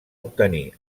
obtenir